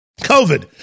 COVID